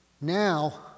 now